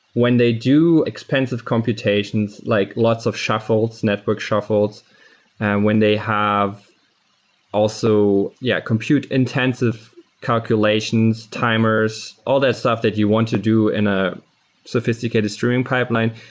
when they do expensive computations, like lots of shuffles, network shuffles and when they have also yeah, compute intensive calculations, timers, all that stuff that you want to do in a sophisticated stream pipeline,